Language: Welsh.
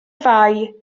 fai